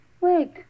Wait